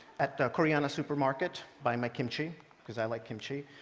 at ah coreana supermarket buying my kimchi because i like kimchi.